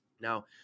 Now